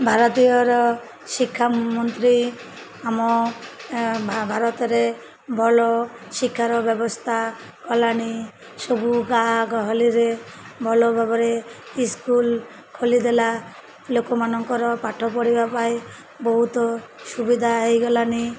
ଭାରତୀୟର ଶିକ୍ଷା ମନ୍ତ୍ରୀ ଆମ ଭାରତରେ ଭଲ ଶିକ୍ଷାର ବ୍ୟବସ୍ଥା କଲାଣି ସବୁ ଗାଁ ଗହଲିରେ ଭଲ ଭାବରେ ସ୍କୁଲ୍ ଖୋଲିଦେଲା ଲୋକମାନଙ୍କର ପାଠ ପଢ଼ିବା ପାଇଁ ବହୁତ ସୁବିଧା ହୋଇଗଲାନି